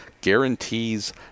guarantees